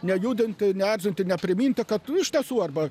nejudinti neerzinti nepriminti kad iš tiesų arba